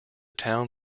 town